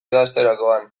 idazterakoan